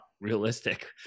realistic